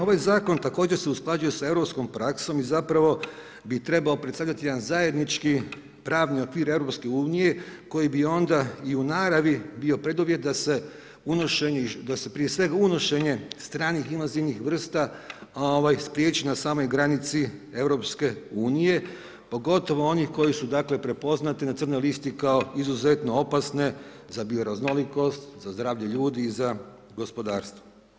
Ovaj zakon također se usklađuje sa europskom praksom i zapravo bi trebao predstavljati jedan zajednički pravni okvir EU koji bi onda i u naravi bio preduvjet da se unošenje, da se prije svega unošenje stranih invazivnih vrsta spriječi na samoj granici EU pogotovo onih koji su, dakle prepoznati na crnoj listi kao izuzetno opasne za bioraznolikost, za zdravlje ljudi i za gospodarstvo.